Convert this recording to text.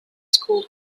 school